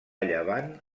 llevant